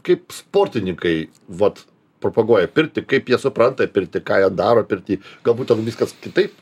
kaip sportininkai vot propaguoja pirtį kaip jie supranta pirtį ką daro pirty galbūt ten viskas kitaip